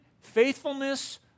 faithfulness